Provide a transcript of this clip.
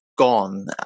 gone